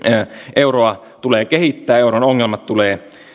euroa tulee kehittää euron ongelmat tulee